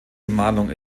bemalung